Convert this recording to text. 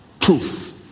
proof